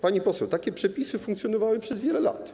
Pani poseł, takie przepisy funkcjonowały przez wiele lat.